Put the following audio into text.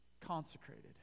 consecrated